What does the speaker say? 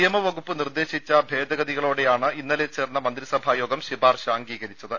നിയമവകുപ്പ് നിർദേശിച്ച ഭേദഗതികളോടെയാണ് ഇന്നലെ ചേർന്ന മന്ത്രിസഭായോഗം ശിപാർശ അംഗീകരിച്ചത്